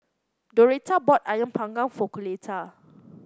Doretta bought ayam panggang for Coletta